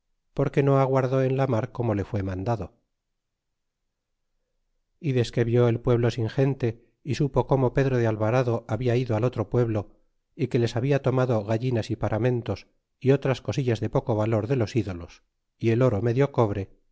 que no aguardó en la mar como le frió mandado y desque vió el pueblo sin gente y supo como pedro de alvarado habla ido al otro pueblo y que les habla tomado gallinas y paramentos y otras cosillas de poco valor de los ídolos y el oro medio cobre